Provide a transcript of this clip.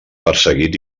perseguit